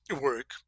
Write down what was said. work